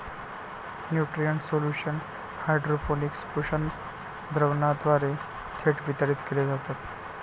nutrient solution hydroponics पोषक द्रावणाद्वारे थेट वितरित केले जातात